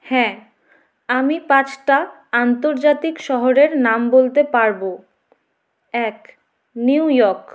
হ্যাঁ আমি পাঁচটা আন্তর্জাতিক শহরের নাম বলতে পারব এক নিউ ইয়র্ক